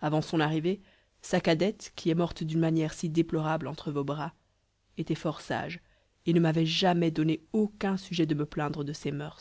avant son arrivée sa cadette qui est morte d'une manière si déplorable entre vos bras était fort sage et ne m'avait jamais donné aucun sujet de me plaindre de ses moeurs